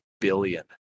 billion